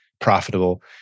profitable